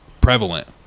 prevalent